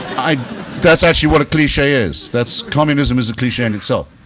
i that's actually what a cliche is. that's communism is a cliche in itself.